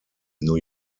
new